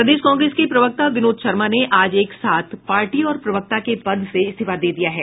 प्रदेश कांग्रेस के प्रवक्ता विनोद शर्मा ने आज एक साथ पार्टी और प्रवक्ता के पद से इस्तीफा दे दिया है